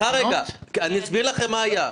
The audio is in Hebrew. סליחה, אסביר לכם מה היה.